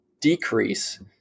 decrease